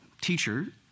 Teacher